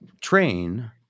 train